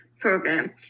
program